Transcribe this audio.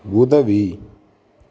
உதவி